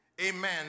amen